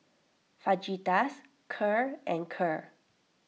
Fajitas Kheer and Kheer